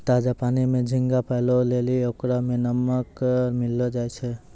ताजा पानी में झींगा पालै लेली ओकरा में नमक मिलैलोॅ जाय छै